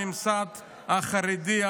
הממסד החרדי,